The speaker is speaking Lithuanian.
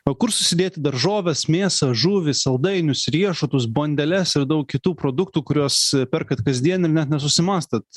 o kur susidėti daržoves mėsą žuvį saldainius riešutus bandeles ir daug kitų produktų kuriuos perkat kasdien ir net nesusimąstat